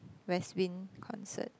west win concert